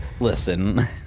Listen